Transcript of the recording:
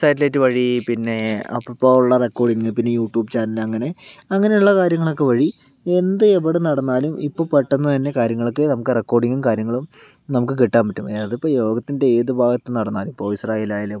satellite വഴി പിന്നെ അപ്പ അപ്പോ ഉള്ള റെക്കോർഡിങ്ങ് പിന്നെ യൂട്യൂബ് ചാനൽ അങ്ങനെ അങ്ങനുള്ള കാര്യങ്ങളെക്കെ വഴി എന്ത് എവിടെ നടന്നാലും ഇപ്പം പെട്ടെന്ന് തന്നെ കാര്യങ്ങളൊക്കെ നമുക്ക് റെക്കോർഡിങ്ങും കാര്യങ്ങളും നമുക്ക് കിട്ടാൻ പറ്റും അതിപ്പോൾ ലോകത്തിൻ്റെ ഏത് ഭാഗത്ത് നടന്നാൽ ഇപ്പോൾ ഇസ്രായേലായാലും